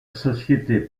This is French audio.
société